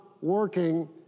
working